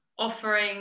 offering